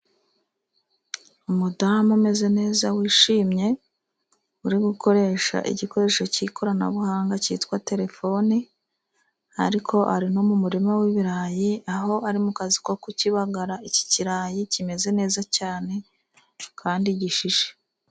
Umudamu umeze neza wishimye , uri gukoresha igikoresho cy'ikoranabuhanga cyitwa terefoni , ariko ari no mu muririma wibirayi . Aho ari mu kazi ko kukibibagara , iki kirayi kimeze neza cyane kandi gishishe.